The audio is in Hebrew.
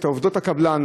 בנושא עובדות הקבלן,